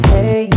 Hey